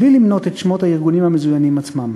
בלי למנות את שמות הארגונים המזוינים עצמם.